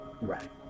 right